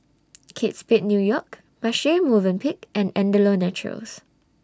Kate Spade New York Marche Movenpick and Andalou Naturals